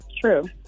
True